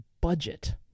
budget